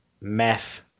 meth